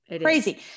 Crazy